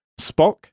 Spock